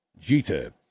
Jeter